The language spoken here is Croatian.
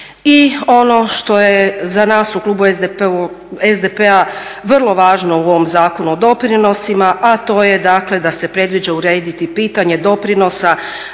I ono što je za nas u klubu SDP-a vrlo važno u ovom Zakonu o doprinosima, a to je dakle da se predviđa urediti pitanje doprinosa